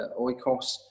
oikos